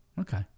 Okay